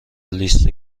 لیست